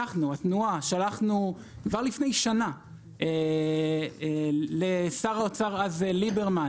התנועה שלחנו כבר לפני שנה לשר האוצר אז ליברמן